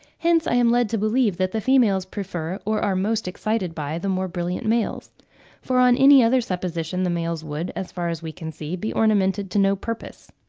hence i am led to believe that the females prefer or are most excited by the more brilliant males for on any other supposition the males would, as far as we can see, be ornamented to no purpose.